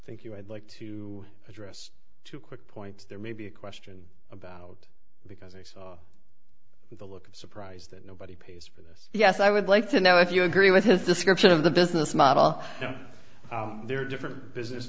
thank you i'd like to address two quick points there may be a question about because i saw the look of surprise that nobody pays for this yes i would like to know if you agree with this description of the business model there are different business